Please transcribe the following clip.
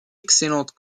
excellente